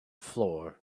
floor